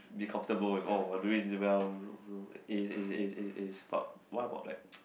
be comfortable with orh doing this well is is is is is about what about like